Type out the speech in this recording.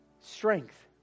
strength